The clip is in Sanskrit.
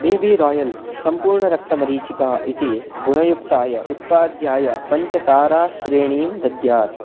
बी बी रायल् सम्पूर्णरक्तमरीचिका इति गुणयुक्ताय उत्पाद्याय पञ्च ताराश्रेणीं दद्यात्